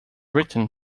written